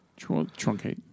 truncate